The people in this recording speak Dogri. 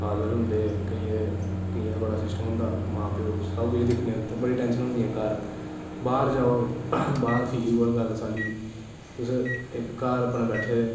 फादर होंदे केईयें दे केईयें दा बड़ा सिस्टम होंदा मां प्यो सब किश दिक्खना बड़ी टैंशनां होंदियां घर बाह्र जाओ बाह्र फ्ही उऐ गल्ल साली कुश घर अपनै बैट्ठे